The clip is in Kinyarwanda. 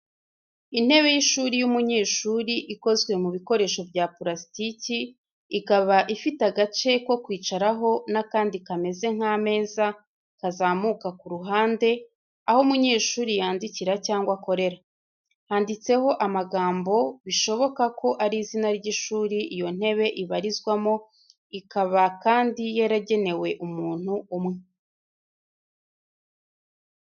Intebe y'ishuri y'umunyeshuri, ikozwe mu bikoresho bya purasitiki, ikaba ifite agace ko kwicaraho n'akandi kameze nk'ameza kazamuka ku ruhande, aho umunyeshuri yandikira cyangwa akorera. Handitseho amagambo bishoboka ko ari izina ry'ishuri iyo ntebe ibarizwamo ikaba kandi yaragenewe umuntu umwe.